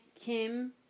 Kim